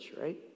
right